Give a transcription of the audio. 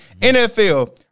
NFL